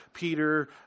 Peter